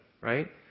right